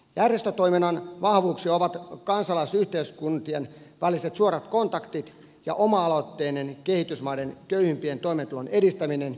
järjestötoiminnan vahvuuksia ovat kansalaisyhteiskuntien väliset suorat kontaktit ja oma aloitteinen kehitysmaiden köyhimpien toimeentulon edistäminen